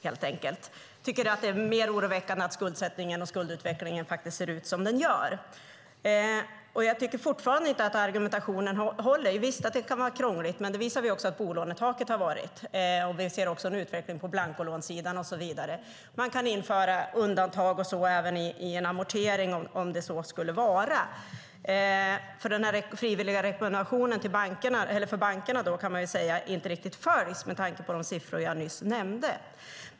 Jag tycker att det är mer oroväckande att skuldsättningen och skuldutvecklingen ser ut som den gör, och jag tycker fortfarande inte att argumentationen håller. Visst, det kan vara krångligt, men det visar vi också att bolånetaket har varit. Vi ser även en utveckling på blancolånesidan och så vidare. Man kan införa undantag och sådant även i en amortering om så skulle vara, för den här frivilliga rekommendationen för bankerna kan man säga inte följs riktigt med tanke på de siffror jag nyss nämnde.